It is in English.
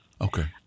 Okay